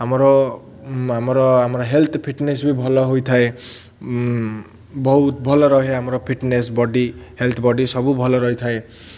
ଆମର ଆମର ଆମର ହେଲ୍ଥ ଫିଟନେସ୍ ବି ଭଲ ହେଇଥାଏ ବହୁତ ଭଲ ରହେ ଆମର ଫିଟନେସ୍ ବଡ଼ି ହେଲ୍ଥ ବଡ଼ି ସବୁ ଭଲ ରହିଥାଏ